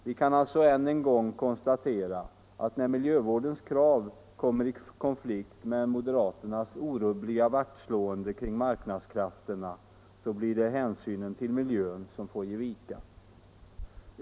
Vi kan alltså än en gång konstatera att när miljövårdskraven kommer i konflikt med moderaternas orubbliga vaktslående kring marknadskrafterna, så blir det hänsynen till miljön som får ge vika.